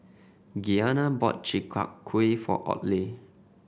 Gianna bought Chi Kak Kuih for Audley